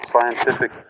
scientific